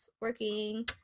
working